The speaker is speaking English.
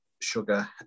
sugar